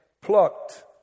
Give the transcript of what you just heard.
plucked